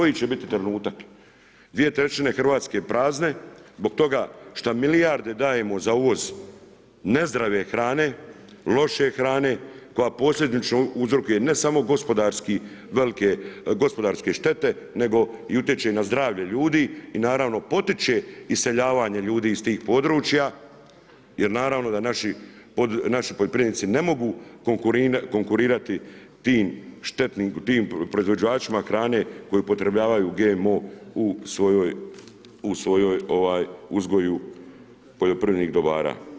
Dvije trećine Hrvatske prazne zbog toga šta milijarde dajemo za uvoz nezdrave hrane, loše hrane koja posljedično uzrokuje ne samo gospodarske štete nego utječe i na zdravlje ljudi i naravno potiče iseljavanje ljudi iz tih područja jer naravno da naši poljoprivrednici ne mogu konkurirati tim proizvođačima hrane koji upotrebljavaju GMO u svom uzgoju poljoprivrednih dobara.